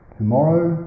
tomorrow